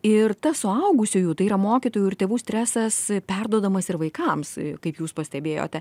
ir tas suaugusiųjų tai yra mokytojų ir tėvų stresas perduodamas ir vaikams kaip jūs pastebėjote